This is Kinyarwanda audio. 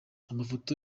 amafoto